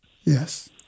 Yes